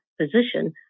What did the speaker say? position